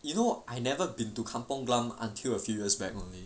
you know I never been to kampong glam until a few years back only